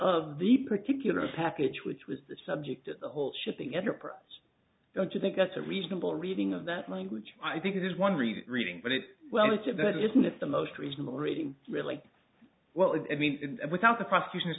of the particular package which was the subject at the whole shipping enterprise don't you think that's a reasonable reading of that language i think it is one reading reading but it well it's a bit isn't it the most reasonable reading really well it means and without the prosecution